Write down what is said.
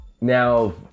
Now